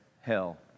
hell